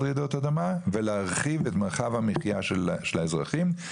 רעידות אדמה ולהרחיב את מרחב המחיה של האזרחים.